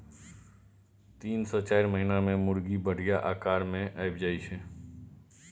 तीन सँ चारि महीना मे मुरगी बढ़िया आकार मे आबि जाइ छै